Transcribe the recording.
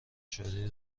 شادی